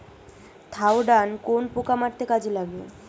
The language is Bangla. থাওডান কোন পোকা মারতে কাজে লাগে?